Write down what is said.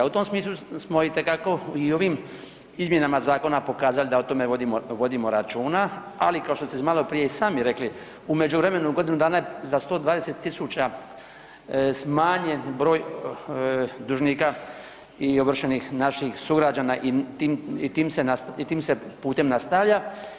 U tom smislu smo itekako i u ovim izmjenama zakona pokazali da o tome vodimo, vodimo računa, ali kao što ste maloprije i sami rekli u međuvremenu je u godinu dana je za 120.000 smanjen broj dužnika i ovršenih naših sugrađana i tim, i tim se, i tim se putem nastavlja.